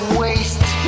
waste